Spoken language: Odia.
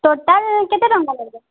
ଟୋଟାଲ୍ କେତେ ଟଙ୍କା ଲେଖା